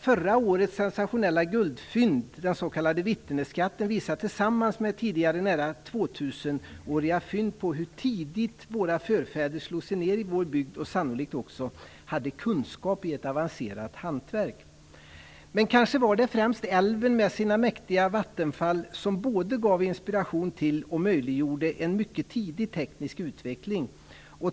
Förra årets sensationella guldfynd, den s.k. Vitteneskatten, visar tillsammans med tidigare nära tvåtusenåriga fynd på hur tidigt våra förfäder slog sig ned i vår bygd. De hade sannolikt också kunskap i ett avancerat hantverk. Med det var kanske främst älven med sina mäktiga vattenfall som gav inspiration till och möjliggjorde en mycket tidig teknisk utveckling.